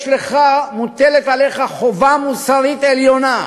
מוטלת עליך חובה מוסרית עליונה.